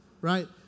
right